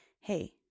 hey